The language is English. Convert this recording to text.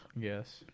Yes